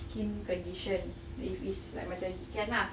skin condition if it's like macam he can lah